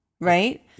right